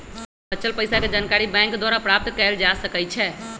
बच्चल पइसाके जानकारी बैंक द्वारा प्राप्त कएल जा सकइ छै